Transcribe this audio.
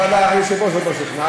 היושב-ראש עוד לא שוכנע,